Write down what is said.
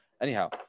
anyhow